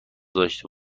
داشته